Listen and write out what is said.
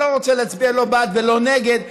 אני לא רוצה להצביע לא בעד ולא נגד,